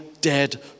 dead